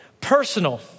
Personal